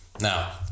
Now